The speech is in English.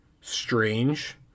strange